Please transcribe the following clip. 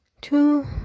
Two